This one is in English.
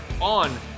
on